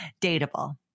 Dateable